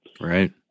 Right